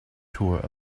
tour